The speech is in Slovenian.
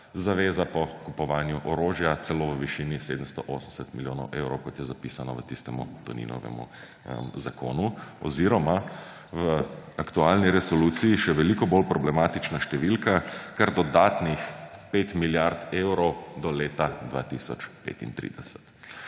zaveza po kupovanju orožja celo v višini 780 milijonov evrov, kot je zapisano v tistem Toninovem zakonu oziroma je v aktualni resoluciji še veliko bolj problematična številka: kar dodatnih 5 milijard evrov do leta 2035.